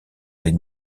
ses